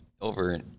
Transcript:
over